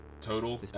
total